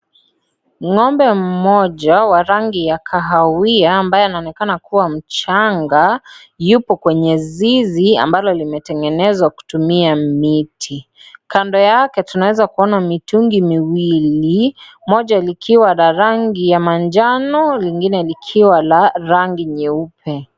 Ng'ombe mmoja wa rangi ya kahawia ambaye anaonekana kuwa mchanga. Yupo kwenye zizi ambalo limetengenezwa kutumia miti kando yake. Tunaweza kuona mitungi miwili moja likiwa na rangi ya manjano nyingine likiwa la rangi nyeupe.